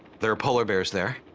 there are polar bears there.